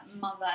mother